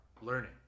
learning